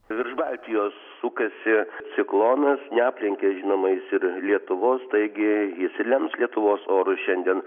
virš baltijos sukasi ciklonas neaplenkė žinoma jis ir lietuvos taigi jis ir lems lietuvos orus šiandien